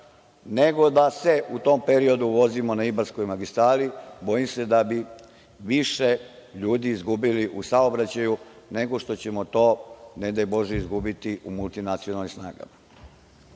nego da se u tom periodu vozimo na Ibarskoj magistrali. Bojim se da bi više ljudi izgubili u saobraćaju nego što ćemo to, ne daj Bože, izgubiti u multinacionalnim snagama.